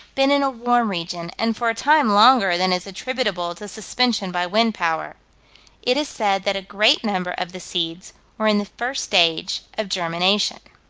been in a warm region, and for a time longer than is attributable to suspension by wind-power it is said that a great number of the seeds were in the first stage of germination.